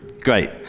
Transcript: Great